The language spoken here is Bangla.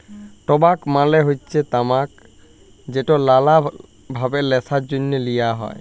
টবাক মালে হচ্যে তামাক যেট লালা ভাবে ল্যাশার জ্যনহে লিয়া হ্যয়